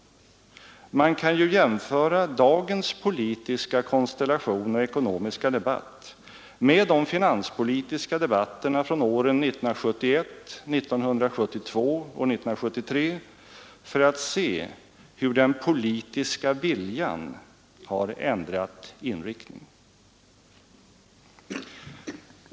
Man kan ju jämföra dagens politiska konstellation och ekonomiska debatt med de finanspolitiska debatterna från åren 1971, 1972 och 1973 för att se hur den politiska viljan förändrat inriktning.